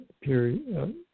period